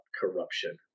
corruption